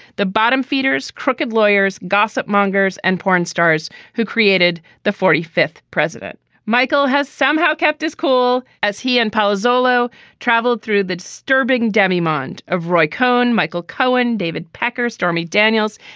the bottom feeders, feeders, crooked lawyers, gossip mongers and porn stars who created the forty fifth president. michael has somehow kept his cool as he and palazzolo traveled through the disturbing demimonde of roy cohn, michael cohen, david pecker, stormy daniels,